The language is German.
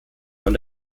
von